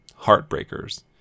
Heartbreakers